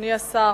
אדוני השר,